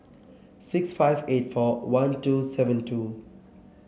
six five eight four one two seven two